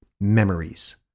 Memories